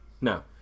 No